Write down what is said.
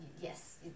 yes